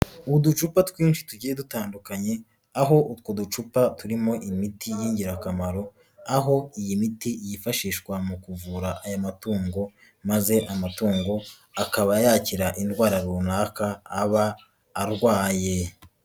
Uducupa twinshi tugiye dutandukanye, aho utwo ducupa turimo imiti y'ingirakamaro, aho iyi miti yifashishwa mu kuvura aya matungo maze amatungo akaba yakira indwara runaka, aba arwaye.